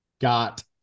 got